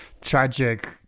tragic